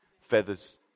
feathers